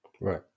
Right